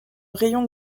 rayons